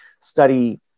study